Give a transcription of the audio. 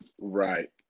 Right